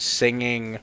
singing